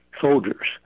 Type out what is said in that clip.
soldiers